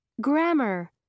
Grammar